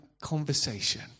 conversation